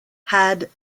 had